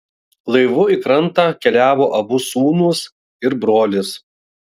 laivu į krantą keliavo abu sūnūs ir brolis